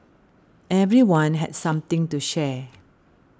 everyone had something to share